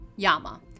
Yama